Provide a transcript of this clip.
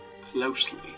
closely